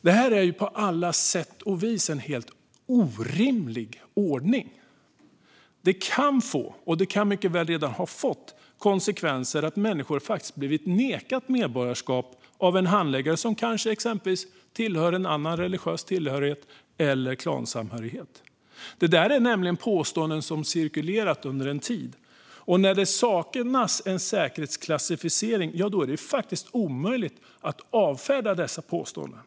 Detta är på alla sätt en helt orimlig ordning. Den kan få och kan mycket möjligt redan ha fått som konsekvens att människor blivit nekade medborgarskap av en handläggare med exempelvis annan religiös tillhörighet eller klansamhörighet. Det här är påståenden som har cirkulerat under en tid, och när det saknas en säkerhetsprövning är det omöjligt att avfärda dessa påståenden.